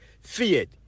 feared